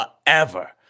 forever